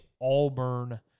Auburn